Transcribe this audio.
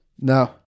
No